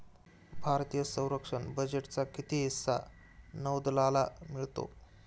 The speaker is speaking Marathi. भारतीय संरक्षण बजेटचा किती हिस्सा नौदलाला मिळतो?